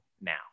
now